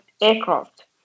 aircraft